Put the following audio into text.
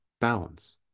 balance